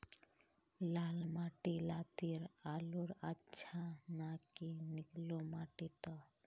लाल माटी लात्तिर आलूर अच्छा ना की निकलो माटी त?